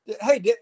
Hey